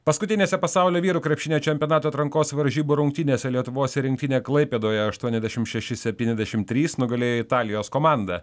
paskutinėse pasaulio vyrų krepšinio čempionato atrankos varžybų rungtynėse lietuvos rinktinė klaipėdoje aštuoniasdešimt šeši septyniasdešimt trys nugalėjo italijos komandą